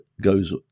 goes